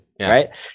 Right